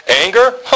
anger